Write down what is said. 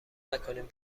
نکنیم